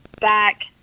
back